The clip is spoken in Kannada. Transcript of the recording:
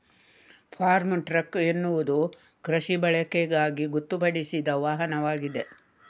ಫಾರ್ಮ್ ಟ್ರಕ್ ಎನ್ನುವುದು ಕೃಷಿ ಬಳಕೆಗಾಗಿ ಗೊತ್ತುಪಡಿಸಿದ ವಾಹನವಾಗಿದೆ